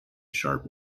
sharp